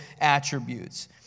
attributes